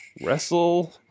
Wrestle